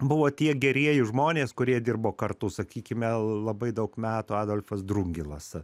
buvo tie gerieji žmonės kurie dirbo kartu sakykime labai daug metų adolfas drungilas